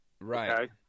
Right